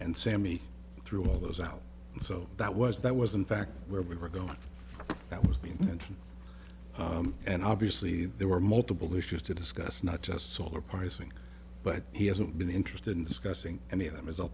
and sammy through all those out and so that was that was in fact where we were going that was the end and obviously there were multiple issues to discuss not just solar pricing but he hasn't been interested in discussing any of them is